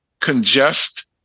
congest